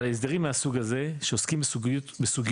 אבל ההסדרים מהסוג הזה שעוסקים בסוגיות